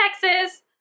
Texas